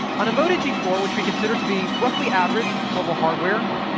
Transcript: on a moto g four, which we consider to be roughly average mobile hardware,